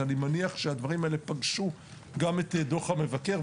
אני מניח שהדברים האלה פגשו גם את דוח המבקר,